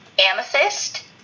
amethyst